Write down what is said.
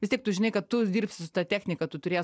vis tiek tu žinai kad tu dirbsi su ta technika tu turi ją